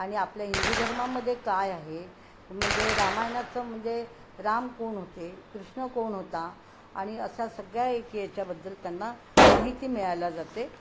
आणि आपल्या हिंदू धर्मामध्ये काय आहे म्हणजे रामायणाचं म्हणजे राम कोण होते कृष्ण कोण होता आणि अशा सगळ्या हे याच्याबद्दल त्यांना माहिती मिळायला जाते